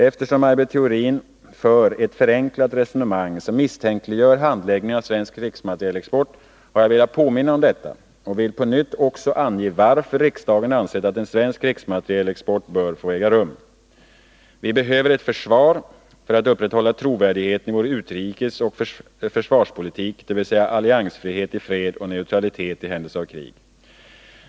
Eftersom Maj Britt Theorin för ett förenklat resonemang som misstänkliggör handläggningen av svensk krigsmaterielexport har jag velat påminna om detta och vill på nytt också ange varför riksdagen ansett att en svensk krigsmaterielexport bör få äga rum. Vi behöver ett försvar för att upprätthålla trovärdigheten i vår utrikesoch försvarspolitik — alliansfrihet i fred och neutralitet i händelse av krig.